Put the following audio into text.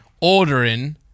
ordering